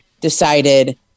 decided